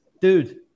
dude